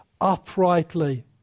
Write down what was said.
uprightly